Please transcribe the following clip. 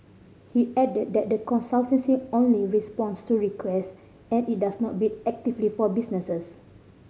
he added that the consultancy only responds to requests and it does not bid actively for businesses